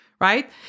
right